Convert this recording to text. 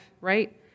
right